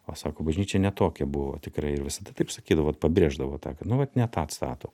o sako bažnyčia ne tokia buvo tikrai ir visada taip sakydavo vat pabrėždavo tą kad nu vat ne tą atstato